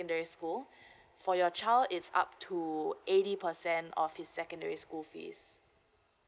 school for your child it's up to eighty percent of his secondary school fees